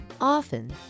Often